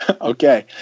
okay